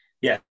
Yes